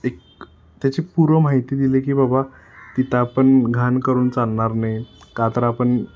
एक त्याची पूर्व माहिती दिली की बाबा तिथं आपण घाण करून चालणार नाही का तर आपण